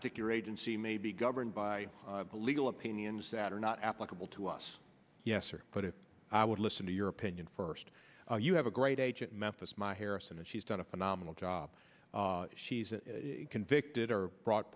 particular agency may be governed by legal opinions that are not applicable to us yes sir but if i would listen to your opinion first you have a great agent memphis my harrison and she's done a phenomenal job she's convicted or brought